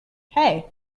hey